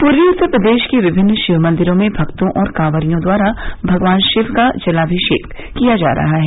पूर्वी उत्तर प्रदेश के विमिन्न शिवमंदिरों में भक्तों और कांवरियों द्वारा भगवान शिव का जलामिषेक किया जा रहा है